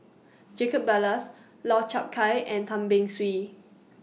Jacob Ballas Lau Chiap Khai and Tan Beng Swee